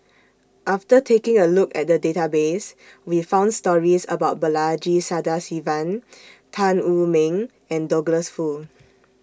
after taking A Look At The Database We found stories about Balaji Sadasivan Tan Wu Meng and Douglas Foo